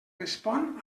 respon